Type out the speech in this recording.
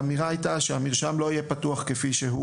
האמירה הייתה שהמרשם לא יהיה פתוח לציבור כפי שהוא,